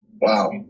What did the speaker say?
Wow